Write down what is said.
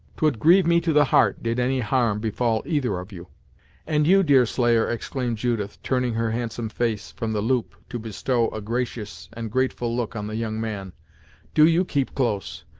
twould grieve me to the heart, did any harm befall either of you and you deerslayer exclaimed judith, turning her handsome face from the loop, to bestow a gracious and grateful look on the young man do you keep close,